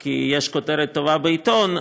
כי אז יש כותרת טובה בעיתון,